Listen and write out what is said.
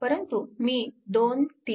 परंतु मी 2 3